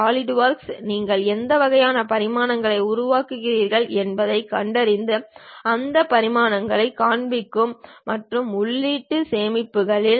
SolidWorks நீங்கள் எந்த வகையான பரிமாணங்களை உருவாக்குகிறீர்கள் என்பதைக் கண்டறிந்து அந்த பரிமாணங்களைக் காண்பிக்கும் மற்றும் உள்நாட்டில் சேமிக்கிறது